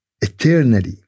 eternally